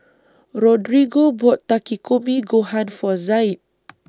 Rodrigo bought Takikomi Gohan For Zaid